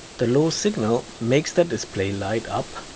the low signal makes that display light-up